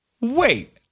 Wait